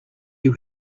you